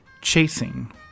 Chasing